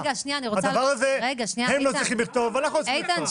את הדבר הזה הם לא צריכים לפתור ולא אנחנו צריכים לפתור.